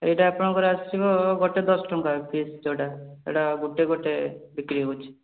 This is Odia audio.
ଏଇଟା ଆପଣଙ୍କର ଆସିଯିବ ଗୋଟେ ଦଶ ଟଙ୍କା ପିସ୍ ଯୋଉଟା ଏଇଟା ଗୋଟେ ଗୋଟେ ବିକ୍ରି ହେଉଛି